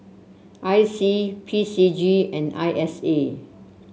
I C P C G and I S A